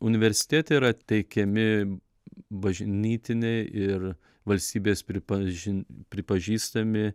universitėte yra teikiami bažnytiniai ir valstybės pripažin pripažįstami